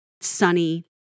sunny